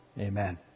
Amen